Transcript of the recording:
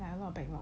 like a lot of